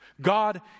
God